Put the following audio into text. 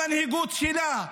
למנהיגות שלה,